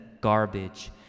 garbage